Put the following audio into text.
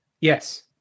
Yes